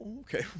okay